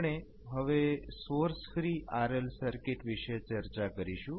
આપણે હવે source free RL circuit વિશે ચર્ચા કરીશું